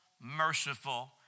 merciful